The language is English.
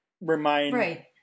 remind